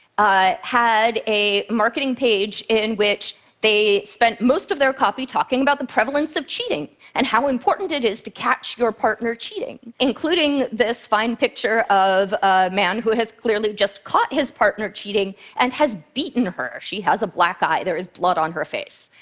ah had a marketing page in which they spent most of their copy talking about the prevalence of cheating and how important it is to catch your partner cheating, including this fine picture of a man who has clearly just caught his partner cheating and has beaten her. she has a black eye, there is blood on her face.